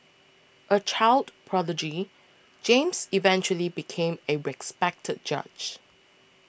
a child prodigy James eventually became a respected judge